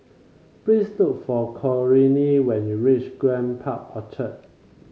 please look for Corinne when you reach Grand Park Orchard